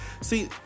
See